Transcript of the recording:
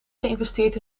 geïnvesteerd